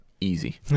easy